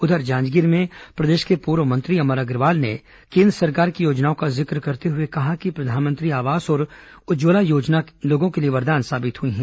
उधर जांजगीर में प्रदेश के पूर्व मंत्री अमर अग्रवाल ने केन्द्र सरकार की योजनाओं का जिक्र करते हुए कहा कि प्रधानमंत्री आवास और उज्जवला योजना लोगों के लिए वरदान साबित हुई है